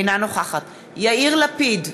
אינה נוכחת יאיר לפיד,